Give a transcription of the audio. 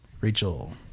rachel